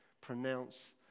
pronounce